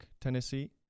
Tennessee